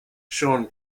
sean